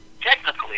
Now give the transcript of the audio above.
technically